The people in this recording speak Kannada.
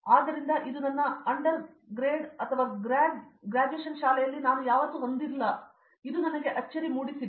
ಆದ್ದರಿಂದ ಇದು ನನ್ನ ಅಂಡರ್ ಗ್ರೇಡ್ ಅಥವಾ ಗ್ರಾಡ್ ಶಾಲೆಯಲ್ಲಿ ನಾನು ಯಾವತ್ತೂ ಹೊಂದಿರಲಿಲ್ಲವೆಂದು ನನಗೆ ಅಚ್ಚರಿ ಮೂಡಿಸಿದೆ